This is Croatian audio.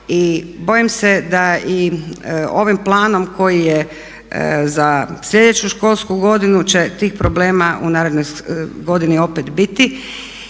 bojim se da i ovim planom koji je za sljedeću školsku godinu će tih problema u narednoj godini opet biti.